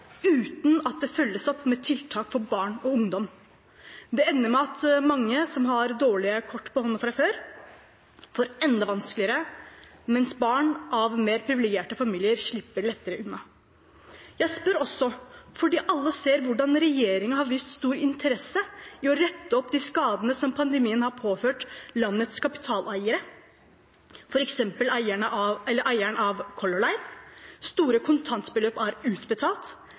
uten at det følges opp med tiltak for barn og ungdom. Det ender med at mange som har dårlige kort på hånden fra før, får det enda vanskeligere, mens barn av mer privilegerte familier slipper lettere unna. Jeg spør også fordi alle ser hvordan regjeringen har vist stor interesse for å rette opp de skadene som pandemien har påført landets kapitaleiere, f.eks. eieren av Color Line. Store kontantbeløp er utbetalt.